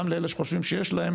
גם אלה שחושבים שיש להם,